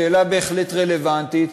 שאלה בהחלט רלוונטית,